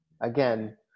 again